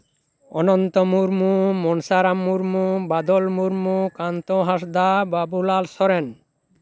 Ananta Murmu Mansaram Murmu Badal Murmu Kanto Hansda Babulal Soren